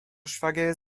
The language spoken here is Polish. szwagier